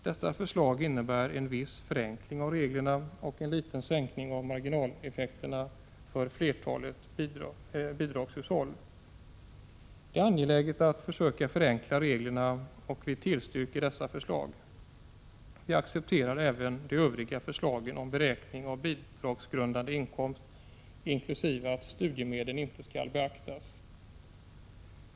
Dessa förslag innebär en viss förenkling av reglerna och en liten sänkning av marginaleffekterna för flertalet bidragshushåll. Det är angeläget att försöka förenkla reglerna, och vi tillstyrker dessa förslag. Vi accepterar även de övriga förslagen om beräkning av bidragsgrundande inkomst, inkl. att studiemedel inte skall beaktas.